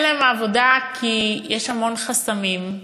אין להם עבודה כי יש המון חסמים,